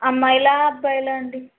అమ్మాయిలా అబ్బాయిలా అండి